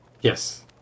Yes